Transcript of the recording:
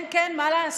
כן, כן, מה לעשות,